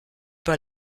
pas